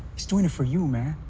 he's doing it for you, man.